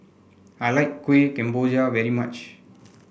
I like Kueh Kemboja very much